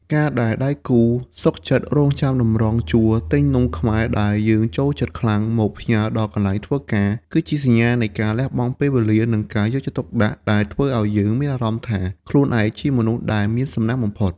ការដែលដៃគូសុខចិត្តរង់ចាំតម្រង់ជួរទិញនំខ្មែរដែលយើងចូលចិត្តខ្លាំងមកផ្ញើដល់កន្លែងធ្វើការ គឺជាសញ្ញានៃការលះបង់ពេលវេលា និងការយកចិត្តទុកដាក់ដែលធ្វើឱ្យយើងមានអារម្មណ៍ថាខ្លួនឯងជាមនុស្សដែលមានសំណាងបំផុត។